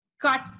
Cut